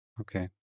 Okay